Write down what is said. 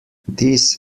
this